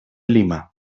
lima